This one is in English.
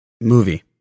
movie